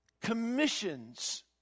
commissions